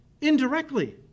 indirectly